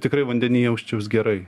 tikrai vandeny jausčiaus gerai